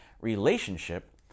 relationship